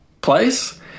place